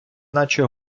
наче